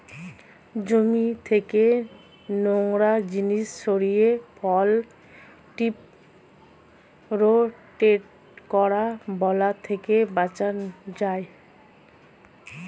জমি থেকে নোংরা জিনিস সরিয়ে ফেলা, ক্রপ রোটেট করলে বালাই থেকে বাঁচান যায়